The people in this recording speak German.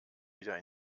wieder